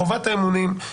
חובת האמונים,